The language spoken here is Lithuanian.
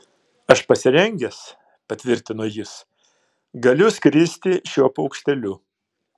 aš pasirengęs patvirtino jis galiu skristi šiuo paukšteliu